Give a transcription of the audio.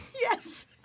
Yes